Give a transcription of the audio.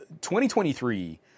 2023